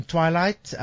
Twilight